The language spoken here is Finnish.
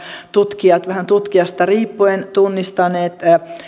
tutkijat vähän tutkijasta riippuen tunnistaneet